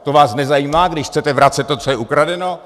To vás nezajímá, když chcete vracet to, co je ukradeno?